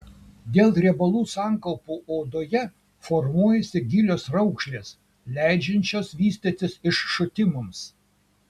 dėl riebalų sankaupų odoje formuojasi gilios raukšlės leidžiančios vystytis iššutimams